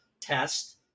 test